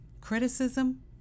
criticism